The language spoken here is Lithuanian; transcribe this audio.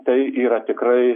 tai yra tikrai